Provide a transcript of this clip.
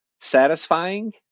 satisfying